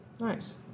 Nice